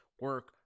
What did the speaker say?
Work